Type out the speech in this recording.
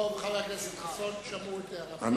טוב, חבר הכנסת חסון, שמעו את הערתך.